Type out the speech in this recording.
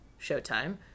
Showtime